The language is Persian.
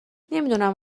نمیدونم